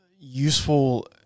useful